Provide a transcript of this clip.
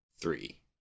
three